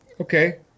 okay